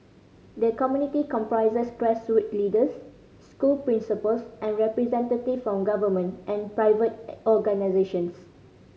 the committee comprises grassroot leaders school principals and representative from government and private organisations